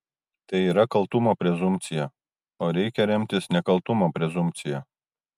tai yra kaltumo prezumpcija o reikia remtis nekaltumo prezumpcija